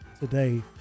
today